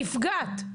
נפגעת,